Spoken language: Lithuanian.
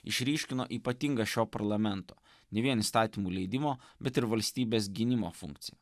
išryškino ypatingą šio parlamento ne vien įstatymų leidimo bet ir valstybės gynimo funkciją